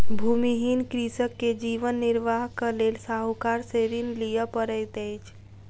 भूमिहीन कृषक के जीवन निर्वाहक लेल साहूकार से ऋण लिअ पड़ैत अछि